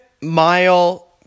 mile